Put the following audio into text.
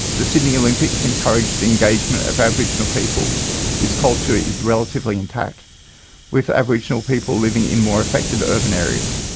the sydney olympics encouraged the engagement of aboriginal people whose culture is relatively intact with aboriginal people living in more affected urban areas.